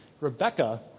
Rebecca